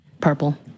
Purple